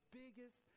biggest